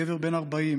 גבר בן 40,